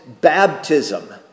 baptism